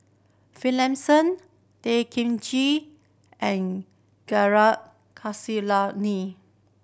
Finlayson Tay Kay Chin and Gaurav